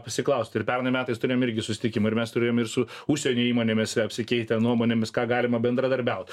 pasiklaust ir pernai metais turėjom irgi susitikimų ir mes turėjom ir su užsienio įmonėmis apsikeitę nuomonėmis ką galima bendradarbiaut